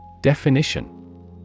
Definition